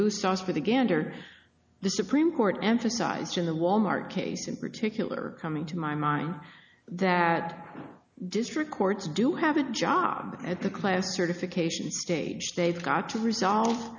goose sauce for the gander the supreme court emphasized in the wal mart case in particular coming to my mind that district courts do have a job at the class certification stage they've got to resolve